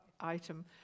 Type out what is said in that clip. item